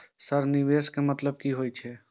Sir निवेश के मतलब की हे छे?